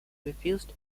refused